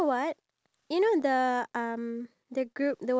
them playing and then at the top right hand or top bottom